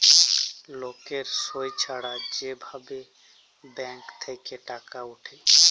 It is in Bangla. লকের সই ছাড়া যে ভাবে ব্যাঙ্ক থেক্যে টাকা উঠে